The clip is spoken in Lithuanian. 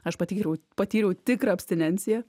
aš patyriau patyriau tikrą abstinenciją